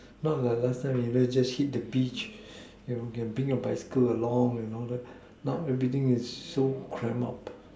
not like last time you can just hit the beach you can bring your bicycle along and all that now everything is so cram up